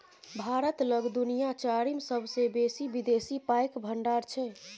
भारत लग दुनिया चारिम सेबसे बेसी विदेशी पाइक भंडार छै